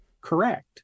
correct